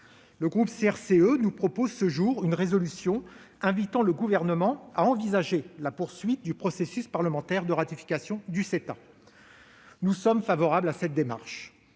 Le groupe CRCE nous propose d'adopter une résolution invitant le Gouvernement à envisager la poursuite du processus parlementaire de ratification du CETA. Nous sommes favorables à cette démarche.